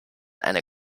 eine